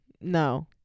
no